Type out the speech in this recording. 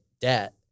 debt